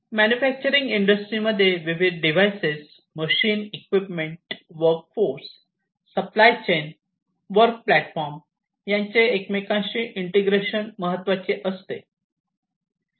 manufacturing इंडस्ट्रीमध्ये विविध device machines equipment work force supply chain work platform यांचे एकमेकांशी इंटिग्रेशन महत्त्वाचे असते